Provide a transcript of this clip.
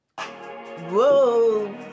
whoa